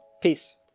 Peace